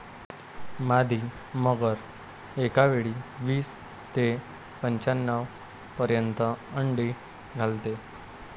मादी मगर एकावेळी वीस ते पंच्याण्णव पर्यंत अंडी घालते